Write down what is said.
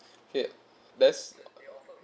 okay that's